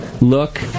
look